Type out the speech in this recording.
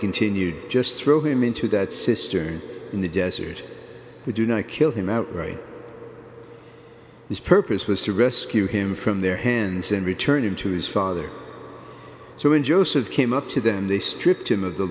continued just throw him into that cistern in the desert we do not kill him outright his purpose was to rescue him from their hands and returning to his father so when joseph came up to them they stripped him of the